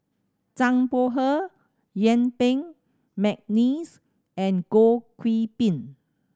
Zhang Bohe Yuen Peng McNeice and Goh Qiu Bin